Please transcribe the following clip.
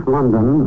London